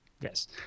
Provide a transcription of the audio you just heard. Yes